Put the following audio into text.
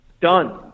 Done